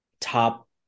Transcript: top